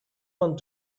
want